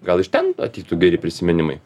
gal iš ten ateitų geri prisiminimai